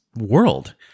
world